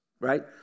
Right